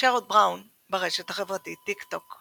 שרוד בראון, ברשת החברתית אינסטגרם